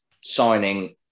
signing